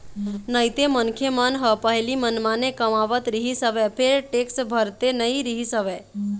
नइते मनखे मन ह पहिली मनमाने कमावत रिहिस हवय फेर टेक्स भरते नइ रिहिस हवय